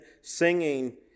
singing